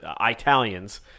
italians